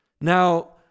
Now